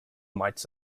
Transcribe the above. mites